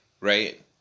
Right